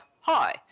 hi